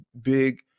big